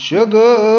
Sugar